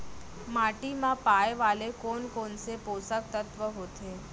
माटी मा पाए वाले कोन कोन से पोसक तत्व होथे?